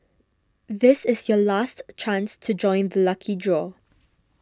this is your last chance to join the lucky draw